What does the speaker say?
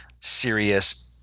serious